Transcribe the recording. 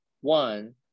one